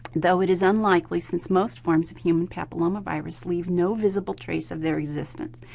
though it is unlikely since most forms of human papillomavirus leave no visible trace of their existence.